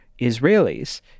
Israelis